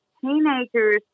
teenagers